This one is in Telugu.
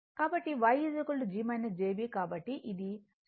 కాబట్టి ఇది 0